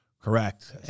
Correct